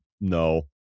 No